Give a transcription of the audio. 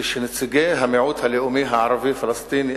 שכשנציגי המיעוט הלאומי הערבי-הפלסטיני,